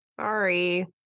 Sorry